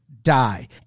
die